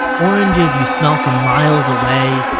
oranges you smell from miles away,